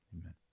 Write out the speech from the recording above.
Amen